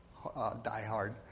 diehard